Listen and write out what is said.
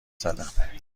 زدم